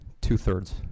two-thirds